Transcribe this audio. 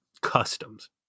customs